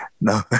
no